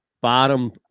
bottom